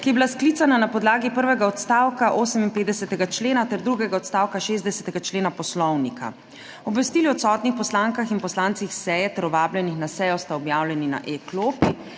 ki je bila sklicana na podlagi prvega odstavka 58. člena ter drugega odstavka 60. člena Poslovnika. Obvestili o odsotnih poslankah in poslancih seje ter o vabljenih na sejo sta objavljeni na e-klopi.